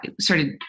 started